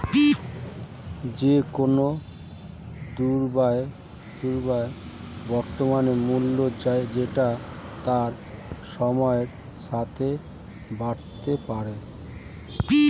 যে কোন দ্রব্যের বর্তমান মূল্য যেটা তা সময়ের সাথে বাড়তে পারে